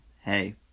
Hey